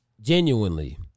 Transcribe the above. genuinely